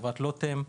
חברת לוטם.